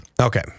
Okay